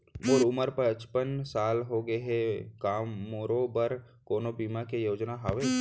मोर उमर पचपन साल होगे हे, का मोरो बर कोनो बीमा के योजना हावे?